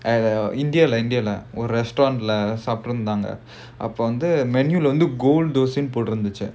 at uh india india lah lah restaurant lah சாப்டுட்டுருந்தாங்க அப்போ வந்து:saapttutturunthaanga appo vandhu menu leh வந்து:vandhu gold தோசைன்னு போட்ருந்துச்சு:dosainu potrunthuchu